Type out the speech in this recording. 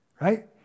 Right